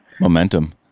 Momentum